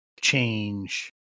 change